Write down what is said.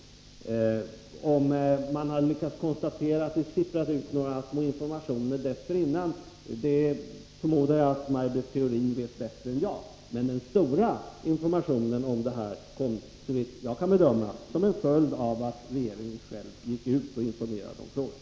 Jag förmodar att Maj-Britt Theorin vet bättre än jag om man har lyckats konstatera huruvida det sipprade ut några informationer dessförinnan. Den mesta informationen om detta kom emellertid, såvitt jag kan bedöma, som en följd av att regeringen gick ut och informerade om frågorna.